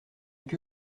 que